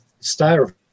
styrofoam